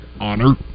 honor